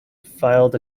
filed